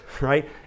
right